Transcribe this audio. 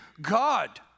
God